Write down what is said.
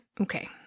okay